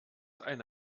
eine